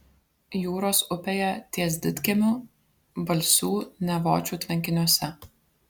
jūros upėje ties didkiemiu balsių nevočių tvenkiniuose